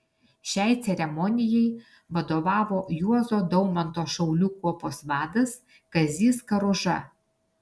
šiai ceremonijai vadovavo juozo daumanto šaulių kuopos vadas kazys karuža